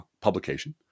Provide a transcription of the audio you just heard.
publication